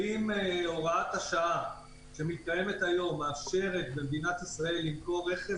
ואם הוראת השעה שמתקיימת היום מאפשרת במדינת ישראל למכור רכב